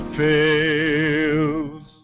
fails